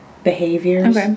behaviors